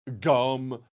Gum